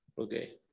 okay